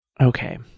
Okay